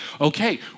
okay